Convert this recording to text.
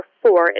four